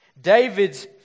David's